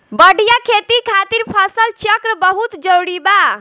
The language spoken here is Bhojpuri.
बढ़िया खेती खातिर फसल चक्र बहुत जरुरी बा